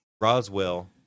Roswell